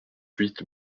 huit